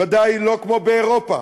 בוודאי לא כמו באירופה,